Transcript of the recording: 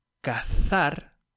cazar